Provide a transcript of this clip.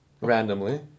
randomly